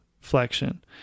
flexion